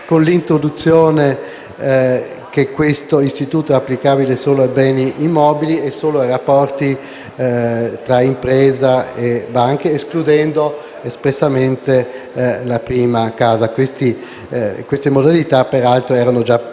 la modifica per cui questo istituto è applicabile solo ai beni immobili e solo ai rapporti tra impresa e banche, escludendo espressamente la prima casa. Queste modalità, peraltro, erano già previste